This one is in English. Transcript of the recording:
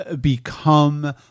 become